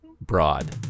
broad